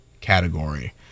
category